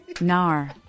Nar